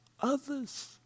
others